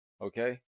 Okay